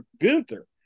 Gunther